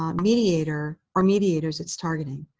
um mediator or mediators it's targeting.